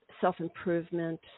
self-improvement